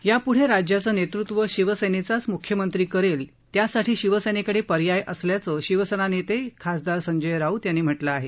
यापुढे राज्याचं नेतृत्व शिवसेनेचाच मुख्यमंत्री करेल त्यासाठी शिवसेनेकडे पर्याय असल्याचं शिवसेना नेते खासदार संजय राऊत यांनी म्हटलं आहे